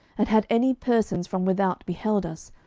and had any persons from without beheld us,